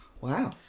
Wow